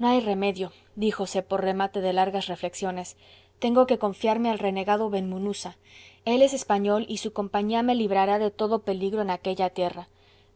no hay remedio díjose por remate de largas reflexiones tengo que confiarme al renegado ben munuza él es español y su compaña me librará de todo peligro en aquella tierra